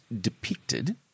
depicted